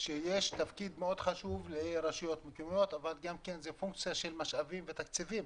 להן תפקיד מאוד חשוב אבל זאת פונקציה של משאבים ותקציבים.